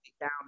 down